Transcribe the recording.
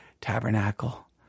tabernacle